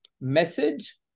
message